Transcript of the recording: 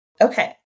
Okay